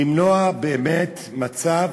למנוע באמת מצב